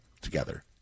together